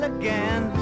again